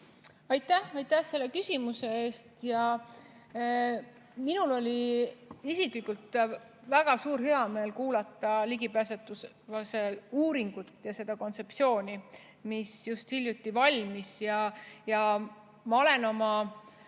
Aitäh selle küsimuse eest! Minul oli isiklikult väga suur heameel kuulata ligipääsetavuse uurimust ja seda kontseptsiooni, mis just hiljuti valmis. Ma olen oma